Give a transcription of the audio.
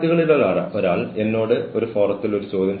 പക്ഷേ നിങ്ങൾക്ക് എല്ലായ്പ്പോഴും അത് മനസിലാക്കാൻ ശ്രമിക്കാം